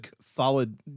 solid